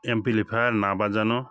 amplifier না বাজানো